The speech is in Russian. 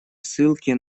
ссылки